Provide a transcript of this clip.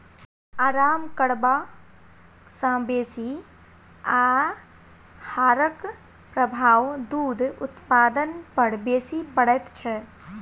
आराम करबा सॅ बेसी आहारक प्रभाव दूध उत्पादन पर बेसी पड़ैत छै